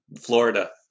Florida